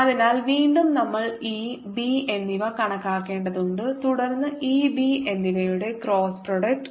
അതിനാൽ വീണ്ടും നമ്മൾ E B എന്നിവ കണക്കാക്കേണ്ടതുണ്ട് തുടർന്ന് E B എന്നിവയുടെ ക്രോസ് പ്രൊഡക്റ്റ്